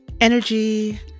Energy